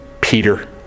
Peter